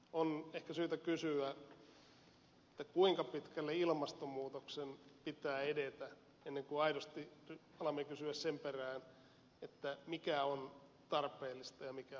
on ehkä syytä kysyä kuinka pitkälle ilmastonmuutoksen pitää edetä ennen kuin aidosti alamme kysyä sen perään mikä on tarpeellista ja mikä on välttämätöntä